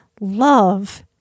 love